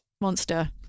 monster